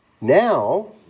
now